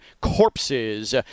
corpses